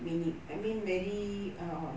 meaning I mean very err